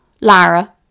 Lara